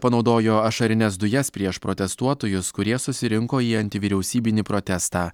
panaudojo ašarines dujas prieš protestuotojus kurie susirinko į antivyriausybinį protestą